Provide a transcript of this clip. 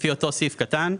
לפי אותו סעיף קטן,